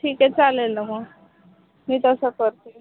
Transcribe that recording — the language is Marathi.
ठीक आहे चालेल ना मग मी तसं करते